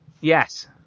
Yes